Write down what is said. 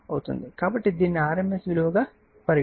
కాబట్టి దీనిని rms విలువ గా పరిగణిస్తాము